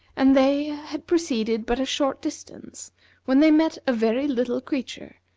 and they had proceeded but a short distance when they met a very little creature,